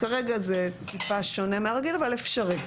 כרגע זה טיפה שונה מהרגיל אבל אפשרי.